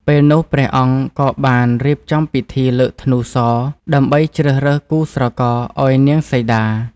ពេលនោះ ព្រះអង្គក៏បានរៀបចំពិធីលើក ធ្នូស ដើម្បីជ្រើសរើសគូស្រករឱ្យនាងសីតា។